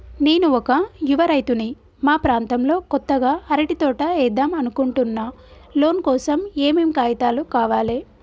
నేను ఒక యువ రైతుని మా ప్రాంతంలో కొత్తగా అరటి తోట ఏద్దం అనుకుంటున్నా లోన్ కోసం ఏం ఏం కాగితాలు కావాలే?